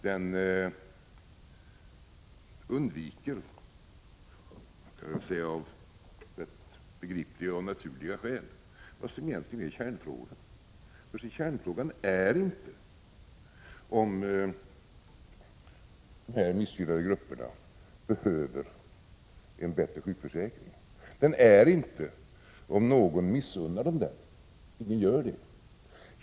Den undviker — av begripliga och naturliga skäl — vad som egentligen är kärnfrågan. Kärnfrågan är inte om de missgynnade grupperna behöver en bättre sjukförsäkring, och den är inte om någon missunnar dem det — ingen gör det.